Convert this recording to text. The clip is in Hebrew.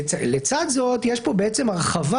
לצד זה יש פה הרחבה,